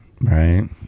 Right